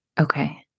Okay